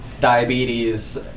diabetes